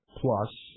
plus